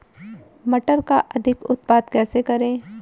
मटर का अधिक उत्पादन कैसे करें?